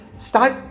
start